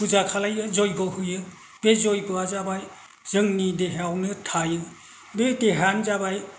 फुजा खालामो जयग' होयो बे जयग'आ जाबाय जोंनि देहायावनो थायो बे देहायानो जाबाय